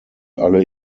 alle